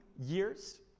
years